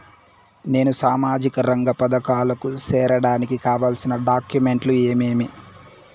నేను సామాజిక రంగ పథకాలకు సేరడానికి కావాల్సిన డాక్యుమెంట్లు ఏమేమీ?